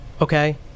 okay